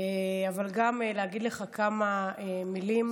אבל גם להגיד לך כמה מילים,